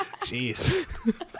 Jeez